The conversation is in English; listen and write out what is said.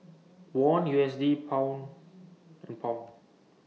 Won U S D Pound and Pound